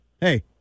hey